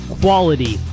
quality